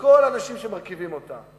ולכל האנשים שמרכיבים אותה,